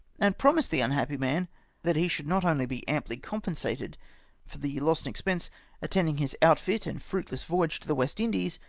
and promised the unhappy man that he should not only be amply com pensated for the loss and expense attending his outfit and fruitless voyage to the west indies,